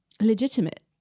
legitimate